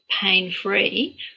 pain-free